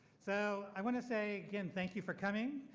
so i wanna say again, thank you for coming.